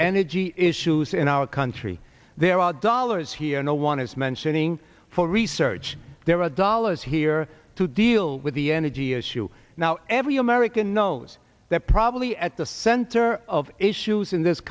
energy issues in our country there are dollars here no one is mentioning for research there are dollars here to deal with the energy issue now every american knows that probably at the center of issues in this